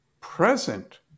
present